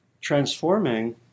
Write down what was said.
transforming